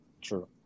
True